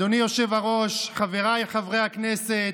אדוני היושב-ראש, חבריי חברי הכנסת,